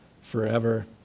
forever